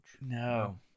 No